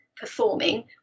performing